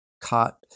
caught